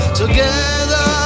together